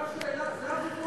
זו השאלה, זה הוויכוח הגדול.